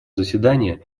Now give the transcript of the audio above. заседания